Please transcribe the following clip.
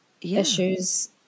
issues